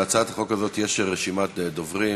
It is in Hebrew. להצעת החוק הזאת יש רשימת דוברים.